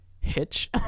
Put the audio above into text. Hitch